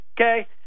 okay